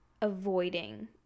avoiding